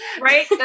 Right